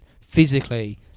physically